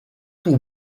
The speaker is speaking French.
pour